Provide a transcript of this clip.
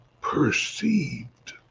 perceived